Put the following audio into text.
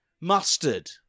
mustard